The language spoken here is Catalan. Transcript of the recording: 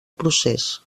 procés